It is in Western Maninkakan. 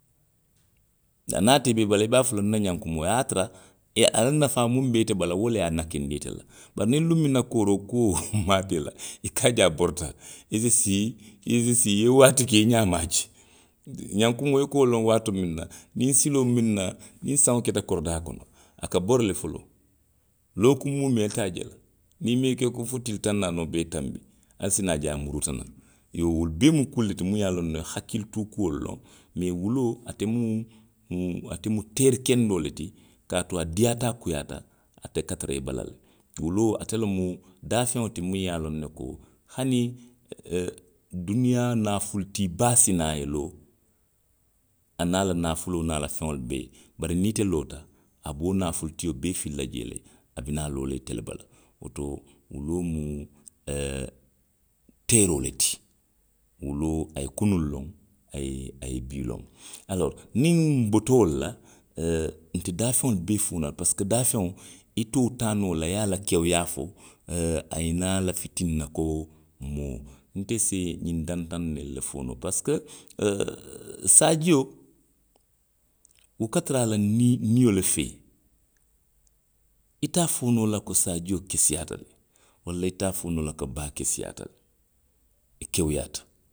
Niŋ ate i bala i ka a fo le nna ňankumoo, wo ye a tara e, a la nafaa miŋ be i te bala wo le ye a nakindi ite la. Bari niŋ luŋ miw na kooroo kuo maata i la. i ka a je a borita, i sii sii, i si sii i ye waati ke i ňaa maŋ a je. ňankumoo, i ka wo loŋ waatoo miŋ na, niŋ siloo miŋ na, niŋ saŋo keta koridaa kono. a ka bori le foloo. Lookuŋ muumee ite a je la, niŋ i maŋ i keekuŋ fo tili taŋ naanoo bee ye tanbi, ali si naa je a muuruuta naŋ. Iyoo wolu bee mu kuolu le ti minnu i ye a loŋ ne ko hakkilituu kuolu loŋ. Mee wuloo, ate mu, mu. ate mu teeri kendoo le ti. Kaatu a diiyaata, a kuyaata, ate ka tara i bala le. Wuloo, ate lemu daafeŋo ti muŋ ye a loŋ ne ko hani ooo duniyaa naafulu tii baa si naa a ye loo, aniŋ a la naafuloo niŋ a la feŋolu bee, bari niŋ ite loota. a ka wo naafulu tio bee fili la jee le. A bi naa loo la ite le bala. Woto wuloo mu teeroo le ti. Wuloo, a ye kunuŋ loŋ, a ye, a ye bii loŋ. Aloori niŋ nbota wolu la ooo nte daafeŋolu bee fo la parisiko daafeŋo, ite wo taa noo la i ye a la kewuyaa fo. oooo a ye naa lafi tinna ko moo. Nte sii ňiŋ dantaŋ nu le fo noo parisiko oooo saajio, wo ka tara a la nii, nio le fee. Ite a fo noo la ko saajio keseyaata le, walla ite a fo noo la ko baa keseyaata le, i kewuyaata.